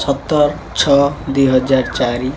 ସତର ଛଅ ଦୁଇହଜାର ଚାରି